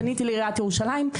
פניתי לעיריית ירושלים,